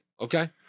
Okay